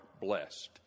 blessed